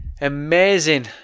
amazing